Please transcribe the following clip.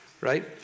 right